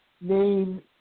name